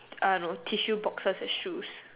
I don't know tissue boxes as shoes